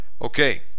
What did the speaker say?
Okay